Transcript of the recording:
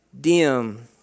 dim